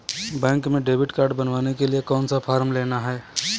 Bank में debit card बनवाने के लिए कौन सा फॉर्म लेना है?